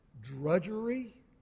drudgery